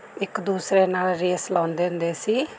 ਇੱਕ ਦੂਸਰੇ ਨਾਲ ਰੇਸ ਲਾਉਂਦੇ ਹੁੰਦੇ ਸੀ